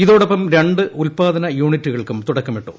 ഇതോടൊപ്പം രണ്ട് ഉൽപ്പദന യൂണിറ്റുകൾക്കും തുടക്കമിട്ടു